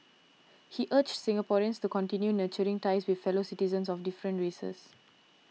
he urged Singaporeans to continue nurturing ties with fellow citizens of different races